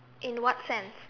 in what sense